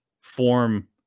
form